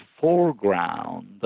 foreground